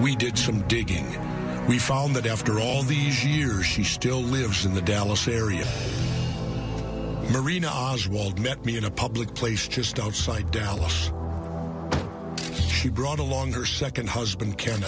we did some digging we found that after all these years she still lives in the dallas area marina oswald met me in a public place just outside dallas she brought along her second husband ca